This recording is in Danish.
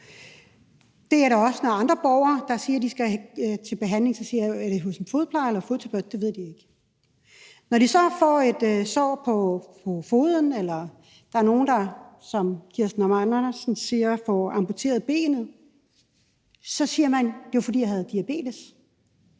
er det også, når andre borgere siger, de skal til behandling, for så spørger jeg, om det er hos en fodplejer eller hos en fodterapeut, og så siger de, at det ved de ikke. Når de så får et sår på foden, eller når nogen, som fru Kirsten Normann Andersen siger, får amputeret benet, så siger de, at det var, fordi de havde diabetes.